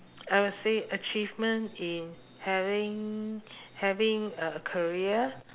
I would say achievement in having having a a career